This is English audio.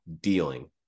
dealing